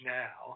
now